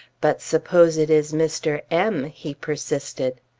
but suppose it is mr. m? he persisted.